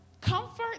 comfort